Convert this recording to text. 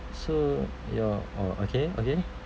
so your orh okay okay